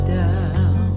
down